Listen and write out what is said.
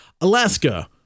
alaska